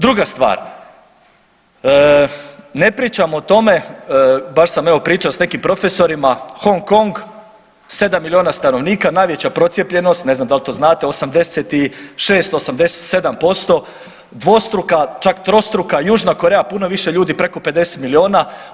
Druga stvar, ne pričam o tome baš sam evo pričao sa nekim profesorima Hong Kong 7 milijuna stanovnika, najveća procijepljenost ne znam da li to znate 86, 87%, dvostruka, čak trostruka južna Koreja puno više ljudi preko 50 milijuna.